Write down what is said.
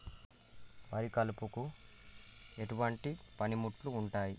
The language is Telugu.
వరి కలుపుకు ఎటువంటి పనిముట్లు ఉంటాయి?